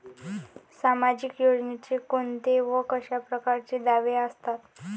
सामाजिक योजनेचे कोंते व कशा परकारचे दावे असतात?